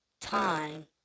time